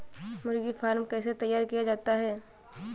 मुर्गी फार्म कैसे तैयार किया जाता है?